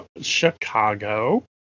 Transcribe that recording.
Chicago